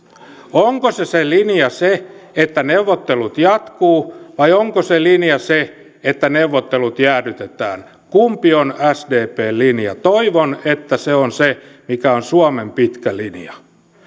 onko linja se että neuvottelut jatkuvat vai onko linja se että neuvottelut jäädytetään kumpi on sdpn linja toivon että se on se mikä on suomen pitkä linja